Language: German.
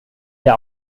der